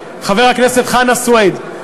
חבר הכנסת חנא סוייד,